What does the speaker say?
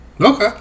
Okay